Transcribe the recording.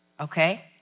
okay